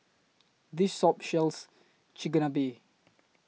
This soap Shells Chigenabe